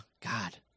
God